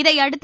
இதையடுத்து